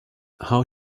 how